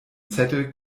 zettel